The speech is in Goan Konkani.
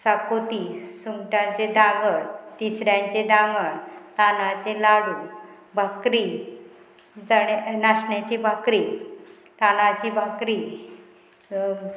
साकोती सुंगटांचे दांगर तिसऱ्यांचें दांगर तांदळाचें लाडू भाकरी चणे नाशण्याची भाकरी तांदळाची भाकरी